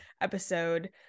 episode